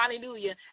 hallelujah